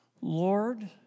Lord